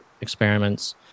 experiments